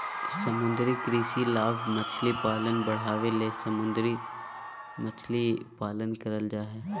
समुद्री कृषि लाभ मछली पालन बढ़ाबे ले समुद्र मछली पालन करल जय हइ